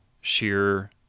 sheer